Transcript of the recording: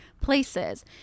places